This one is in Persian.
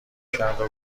کردو